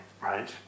right